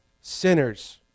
sinners